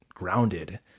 grounded